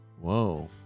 Whoa